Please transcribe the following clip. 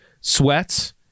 sweats